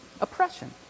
oppression